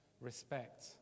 respect